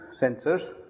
sensors